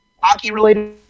Hockey-related